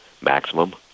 maximum